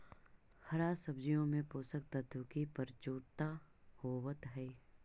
हरा सब्जियों में पोषक तत्व की प्रचुरता होवत हई